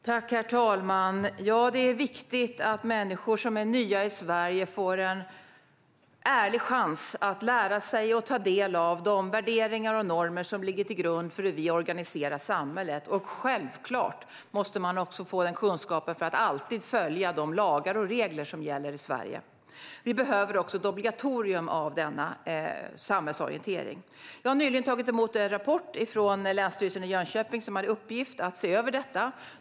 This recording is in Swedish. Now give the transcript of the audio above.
Herr talman! Ja, det är viktigt att människor som är nya i Sverige får en ärlig chans att lära sig och ta del av de värderingar och normer som ligger till grund för hur vi organiserar samhället. Självklart måste man också få denna kunskap för att alltid kunna följa de lagar och regler som gäller i Sverige. Vi behöver ett obligatorium för denna samhällsorientering. Jag har nyligen tagit emot en rapport från Länsstyrelsen i Jönköping, som har i uppgift att se över detta.